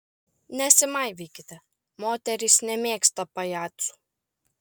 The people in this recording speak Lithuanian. nesimaivykite moterys nemėgsta pajacų